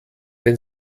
den